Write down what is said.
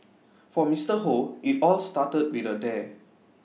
for Mister Hoe IT all started with A dare